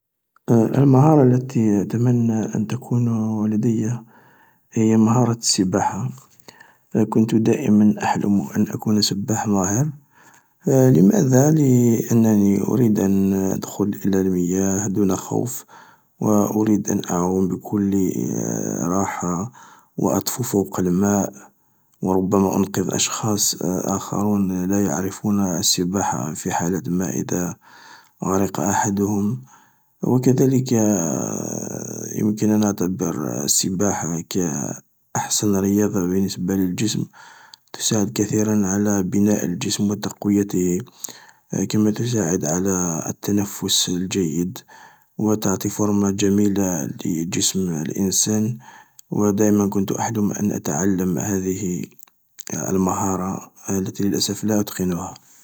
المهارة التي كنت اتمنى ان تكون لديا هي مهارة السباحة، كنت دائما اتمنى ان اكون سباحا ماهرا، لماذا لانني اريد الدخول الى الماء دون خوف و اريد أن تعوم بكل راحة واطفو فوق الماء و ربما انقذ اشخاصا اخرين لا يعرفون السباحة في حالة اذا ما غرق احدهم، وكذلك يمكن أن أعتبر السباحة كأحسن رياضة بالنسبة للجسم وتساعد كثيرا على بناء الجسم وتقويته كما تساعد على التنفس الجيد و تعطي فورما لجسم الانسان و دائما كنت احلم ان اتعلم هذه المهارة التي للأسف لا اتقنها